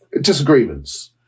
Disagreements